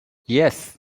yes